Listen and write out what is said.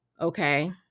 Okay